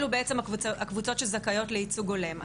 אלו בעצם הקבוצות שזכאיות לייצוג הולם.